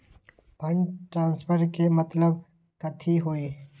Fund transfer के मतलब कथी होई?